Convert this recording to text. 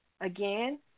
Again